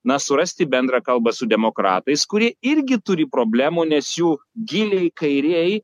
na surasti bendrą kalbą su demokratais kurie irgi turi problemų nes jų giliai kairieji